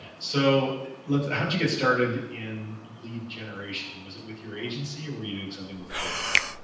so let's, how'd you get started in lead generation? was it with your agency or were you doing something before that?